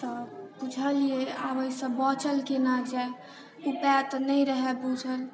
तऽ बुझलियै आब एहिसँ बचल केना जाय उपाय तऽ नहि रहए बूझल